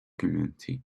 community